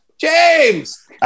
James